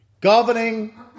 Governing